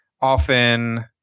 often